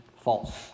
false